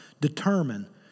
determine